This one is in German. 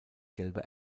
gelbe